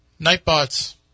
Nightbot's